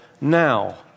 now